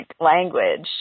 language